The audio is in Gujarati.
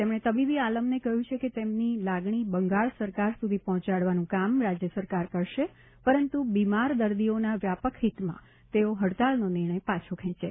તેમણે તબીબી આલમને કહ્યું છે કે તેમની લાગણી બંગાળ સરકાર સુધી પહોંચાડવાનું કામ રાજ્ય સરકાર કરશે પરંતુ બીમાર દર્દીઓના વ્યાપક હિતમાં તેઓ હડતાળનો નિર્ણય પાછો ખેંચે